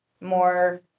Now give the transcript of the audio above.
more